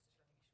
בהתאם.